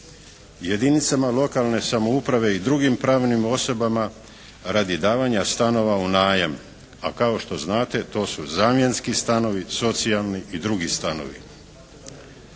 jedinicama lokalne samouprave i drugim pravnim osobama radi davanja stanova u najam, a kao što znate to su zamjenski stanovi, socijalni i drugi stanovi.